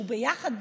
שהוא ביחד,